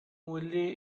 wildly